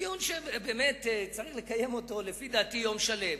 דיון שצריך היה לקיים אותו לפי דעתי יום שלם.